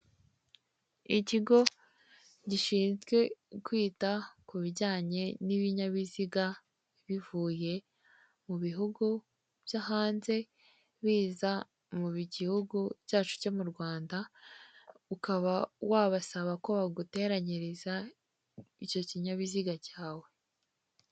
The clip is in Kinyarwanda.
Ikigo gishinzwe kwita ku bijyanye n'ibinyabiziga bivuye mu bihugu byo hanze, biza mu gihugu cyacu cyo mu Rwanda, ukaba wabasaba ko waguteranyiriza icyo kinyabiziga cyawe.